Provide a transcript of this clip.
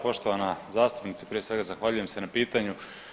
Poštovana zastupnice, prije svega zahvaljujem se na pitanju.